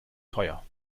teuer